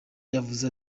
yavuze